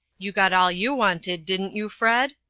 you got all you wanted, didn't you, fred?